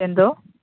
എന്തോ